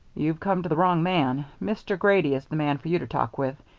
you've come to the wrong man. mr. grady is the man for you to talk with.